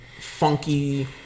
funky